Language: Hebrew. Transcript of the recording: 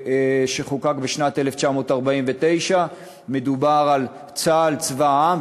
שחוקק בשנת 1949. מדובר על צה"ל צבא העם,